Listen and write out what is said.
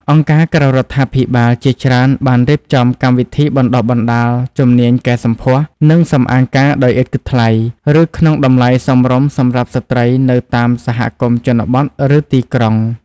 អង្គការក្រៅរដ្ឋាភិបាលជាច្រើនបានរៀបចំកម្មវិធីបណ្តុះបណ្តាលជំនាញកែសម្ផស្ស និងសម្អាងការដោយឥតគិតថ្លៃ ឬក្នុងតម្លៃសមរម្យសម្រាប់ស្ត្រីនៅតាមសហគមន៍ជនបទ ឬទីក្រុង។